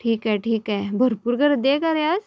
ठीक आहे ठीक आहे भरपूर गर्दी आहे का रे आज